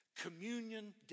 Communion